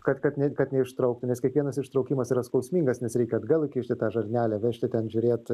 kad kad ne kad neištrauktų nes kiekvienas ištraukimas yra skausmingas nes reikia atgal įkišti tą žarnelę vežti ten žiūrėt